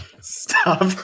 stop